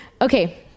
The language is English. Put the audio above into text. Okay